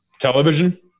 Television